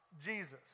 Jesus